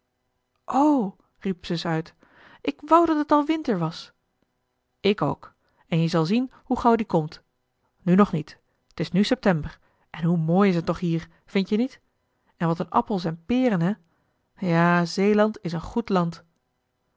riep zus uit ik wou dat t al winter was ik ook en je zal zien hoe gauw die komt nu nog niet t is nu september en hoe mooi is het toch hier vind-je niet en wat een appels en peren hè ja zeeland is een goed land